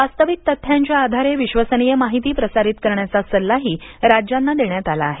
वास्तविक तथ्यांच्या आधारे विश्वसनीय माहिती प्रसारित करण्याचा सल्लाही राज्यांना देण्यात आला आहे